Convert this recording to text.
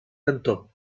cantó